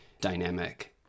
dynamic